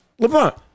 LeBron